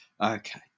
Okay